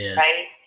right